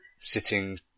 sitting